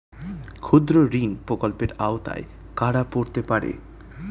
ক্ষুদ্রঋণ প্রকল্পের আওতায় কারা পড়তে পারে?